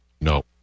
No